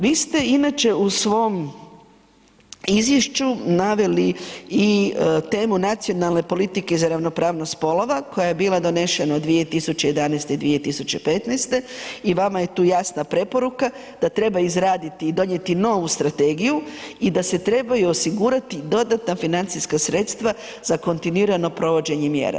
Vi ste inače u svom izvješću naveli i temu nacionalne politike za ravnopravnost spolova koja je bila donešena 2011. i 2015. i vama je tu jasna preporuka da treba izraditi i donijeti novu strategiju i da se trebaju osigurati dodatna financijska sredstva za kontinuirano provođenje mjera.